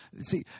see